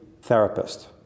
therapist